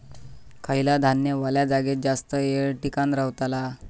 खयला धान्य वल्या जागेत जास्त येळ टिकान रवतला?